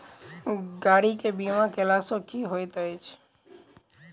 गाड़ी केँ बीमा कैला सँ की होइत अछि?